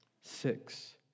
Six